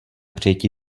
přijetí